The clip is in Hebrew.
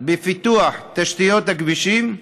בפיתוח תשתיות הכבישים,